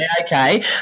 okay